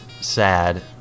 sad